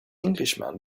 englishman